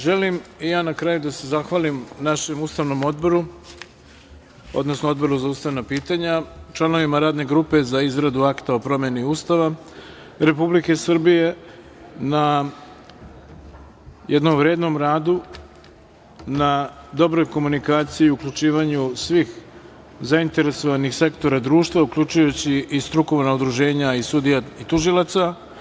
Želim na kraju da se zahvalim Odboru za ustavna pitanja, članovima Radne grupe za izradu Akta o promeni Ustava Republike Srbije na jednom vrednom radu, na dobroj komunikaciji i uključivanju svih zainteresovanih sektora društva, uključujući i strukovna udruženja sudija i tužilaca.